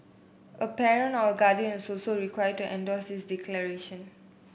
a parent or guardian is also required to endorse this declaration